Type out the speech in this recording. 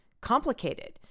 complicated